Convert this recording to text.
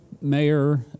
Mayor